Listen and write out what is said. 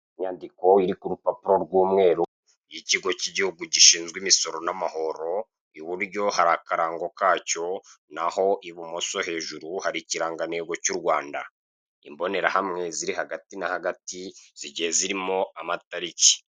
Inyandiko iri ku rupapuro rw'umweru y'ikigi k'igihugu gishinzwe imisoro n'amahoro, iburyo hari akarango kacyo naho ibumoso hejuru hari ikirangantego cy' u Rwanda imbonerahamwe ziri hagati na hagati zigiye zirimo amatariki.